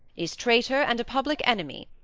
is traitor, and a public enemy,